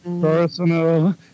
personal